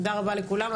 תודה רבה לכולם.